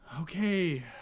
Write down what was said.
Okay